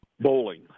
Bowling